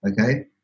okay